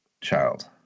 child